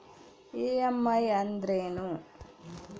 EMI ಅಂದ್ರೇನು?